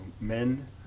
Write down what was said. men